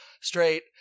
straight